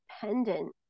dependent